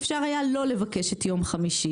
אפשר היה לא לבקש את יום חמישי.